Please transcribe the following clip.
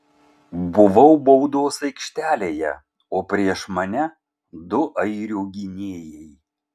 buvau baudos aikštelėje o prieš mane du airių gynėjai